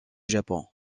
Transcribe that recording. japon